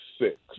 six